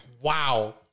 Wow